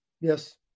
Yes